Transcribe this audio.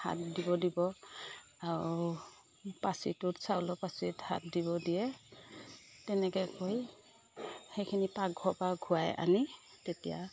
হাত দিব দিব আৰু পাচিটোত চাউলৰ পাচিত হাত দিব দিয়ে তেনেকৈ কৰি সেইখিনি পাকঘৰৰ পৰা ঘূৰাই আনি তেতিয়া